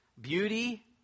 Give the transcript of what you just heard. beauty